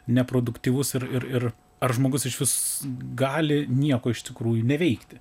neproduktyvus ir ir ir ar žmogus išvis gali nieko iš tikrųjų neveikti